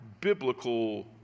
biblical